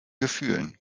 gefühlen